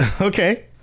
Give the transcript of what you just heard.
Okay